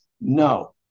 no